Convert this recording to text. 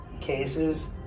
cases